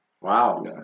Wow